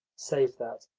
save that,